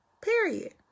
period